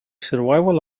survival